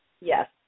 Yes